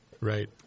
Right